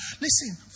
Listen